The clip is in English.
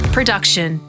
Production